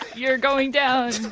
you're going down,